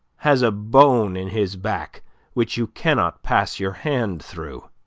has a bone in his back which you cannot pass your hand through!